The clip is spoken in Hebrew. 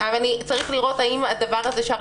חקרתי מחקרים רבים שיצאו מהם עד היום תשע חברות,